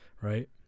right